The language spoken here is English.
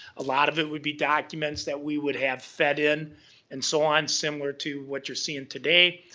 a lot of it would be documents that we would have fed in and so on, similar to what you're seeing today.